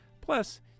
Plus